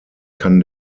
kann